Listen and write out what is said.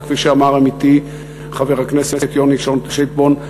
וכפי שאמר עמיתי חבר הכנסת יוני שטבון,